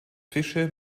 fische